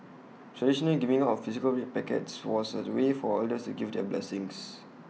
traditionally giving out physical red packets was A way for elders to give their blessings